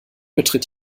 betritt